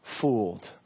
fooled